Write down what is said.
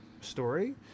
story